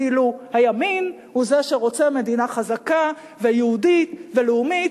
כאילו הימין הוא זה שרוצה מדינה חזקה ויהודית ולאומית